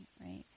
right